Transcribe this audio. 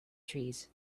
trees